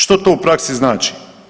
Što to u praksi znači?